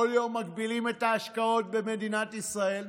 כל יום מגבילים את ההשקעות במדינת ישראל.